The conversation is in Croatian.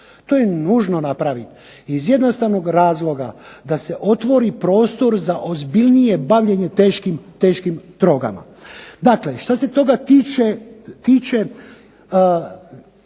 To je nužno napraviti iz jednostavno razloga da se otvori prostor za ozbiljnije bavljenje teškim drogama. Dakle, što se toga tiče